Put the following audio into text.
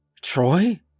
Troy